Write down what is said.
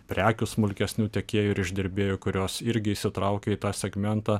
prekių smulkesnių tiekėjų ir išdirbėjų kurios irgi įsitraukia į tą segmentą